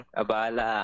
abala